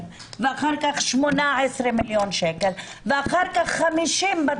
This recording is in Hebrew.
ואחר כך 18 מיליון שקלים ואחר כך 50 מיליון שקלים,